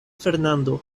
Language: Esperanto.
fernando